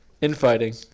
Infighting